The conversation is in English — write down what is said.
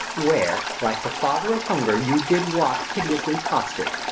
where, like the father of hunger, you did walk piteously costive,